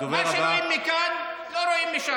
מה שרואים מכאן, לא רואים משם.